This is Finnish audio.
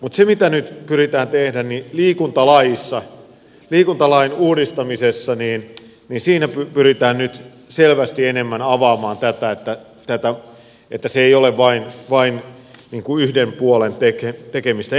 mutta mitä nyt pyritään tekemään niin liikuntalain uudistamisessa pyritään nyt selvästi enemmän avaamaan tätä että se ei ole vain yhden puolen tekemistä